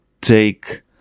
take